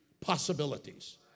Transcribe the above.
possibilities